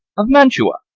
of mantua.